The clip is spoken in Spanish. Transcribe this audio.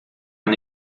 han